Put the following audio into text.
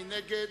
מי נגד?